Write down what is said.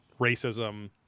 racism